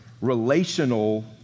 relational